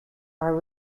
are